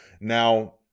Now